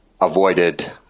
avoided